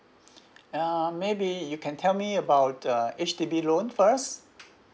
uh maybe you can tell me about the H_D_B loan first